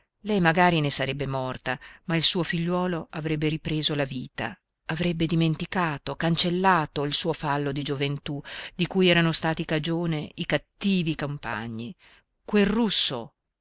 lei magari ne sarebbe morta ma il suo figliuolo avrebbe ripreso la vita avrebbe dimenticato cancellato il suo fallo di gioventù di cui erano stati cagione i cattivi compagni quel russo